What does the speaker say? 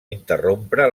interrompre